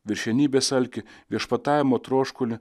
viršenybės alkį viešpatavimo troškulį